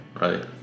Right